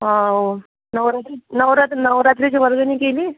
अं नवरात्री नवरात्र नवरात्रीची वर्गणी केली